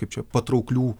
kaip čia patrauklių